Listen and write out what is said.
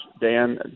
dan